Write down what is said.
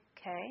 Okay